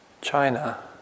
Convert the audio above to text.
China